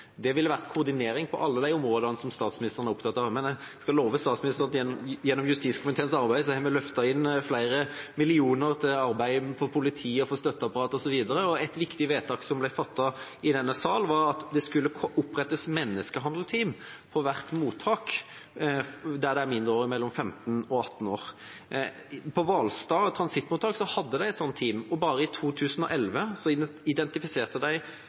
Det ville vært koordinering på alle de områdene som statsministeren er opptatt av. Men jeg skal love statsministeren at gjennom justiskomiteens arbeid har vi løftet inn flere millioner kroner til arbeid for politi, støtteapparat osv. Et viktig vedtak som ble fattet i denne sal, var at det skulle opprettes menneskehandel-team på hvert mottak der det er mindreårige mellom 15 og 18 år. På Hvalstad transittmottak hadde de et slikt team, og bare i 2011 identifiserte de 26 mulige ofre, og i 2012 identifiserte de